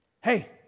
Hey